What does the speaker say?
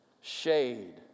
shade